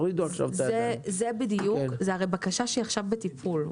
זאת הרי בקשה שהיא עכשיו בטיפול,